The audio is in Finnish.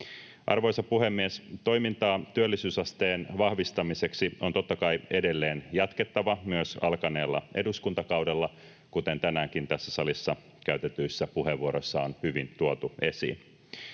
Arvoisa puhemies! Toimintaa työllisyysasteen vahvistamiseksi on totta kai edelleen jatkettava myös alkaneella eduskuntakaudella, kuten tänäänkin tässä salissa käytetyissä puheenvuoroissa on hyvin tuotu esiin.